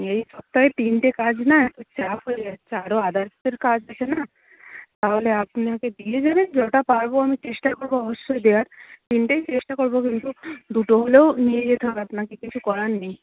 এই সপ্তাহে তিনটে কাজ না একটু চাপ হয়ে যাচ্ছে আরও আদার্সের কাজ আছে না তাহলে আপনাকে দিয়ে যাবেন যটা পারব আমি চেষ্টা করব অবশ্যই দেওয়ার তিনটেই চেষ্টা করব কিন্তু দুটো হলেও নিয়ে যেতে হবে আপনাকে কিছু করার নেই